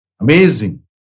Amazing